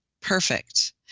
perfect